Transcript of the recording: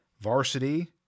Varsity